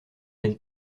elle